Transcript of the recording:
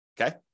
okay